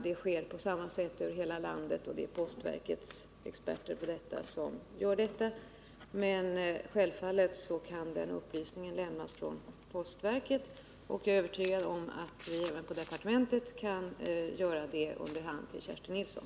Det sker på samma sätt över hela landet, och det är postverkets experter som gör detta. Men självfallet kan denna upplysning lämnas från postverket, och jag är övertygad om att vi även på departementet kan lämna den under hand till Kerstin Nilsson.